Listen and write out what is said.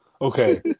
Okay